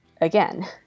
Again